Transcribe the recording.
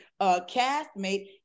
castmate